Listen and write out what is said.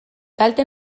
kalte